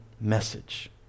message